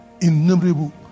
innumerable